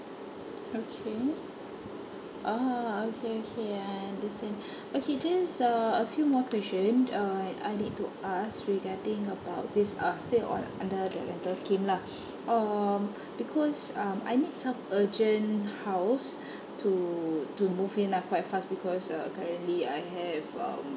okay uh okay okay I understand okay just uh a few more question uh like I need to ask regarding about this uh still on under the rental scheme lah um because um I need some urgent house to to move in lah quite fast because uh currently I have um